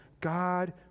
God